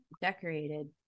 decorated